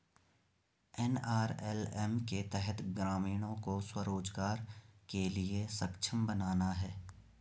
NRLM के तहत ग्रामीणों को स्व रोजगार के लिए सक्षम बनाना है